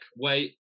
wait